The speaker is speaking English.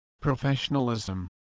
Professionalism